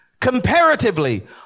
Comparatively